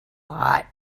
hot